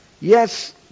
yes